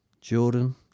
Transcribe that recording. Jordan